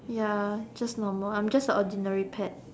ya just normal I am just a ordinary pet